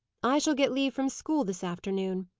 i shall get leave from school this afternoon,